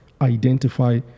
identify